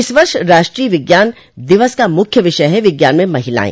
इस वर्ष राष्टोय विज्ञान दिवस का मुख्य विषय है विज्ञान में महिलायें